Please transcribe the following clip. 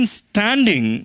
standing